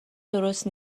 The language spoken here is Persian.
درست